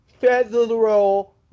federal